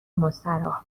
مستراح